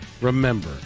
remember